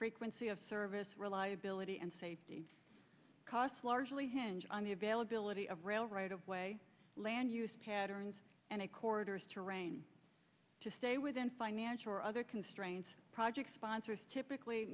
frequency of service reliability and safety costs largely hinge on the availability of rail right of way land use patterns and it corridors terrain to stay within financial or other constraints projects sponsors typically